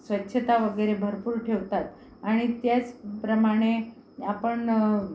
स्वच्छता वगैरे भरपूर ठेवतात आणि त्याचप्रमाणे आपण